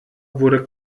wurde